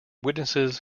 witnesses